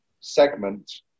segment